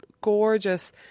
gorgeous